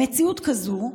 במציאות כזו,